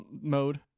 mode